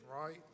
right